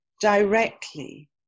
directly